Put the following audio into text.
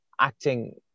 acting